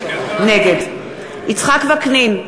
נגד יצחק וקנין,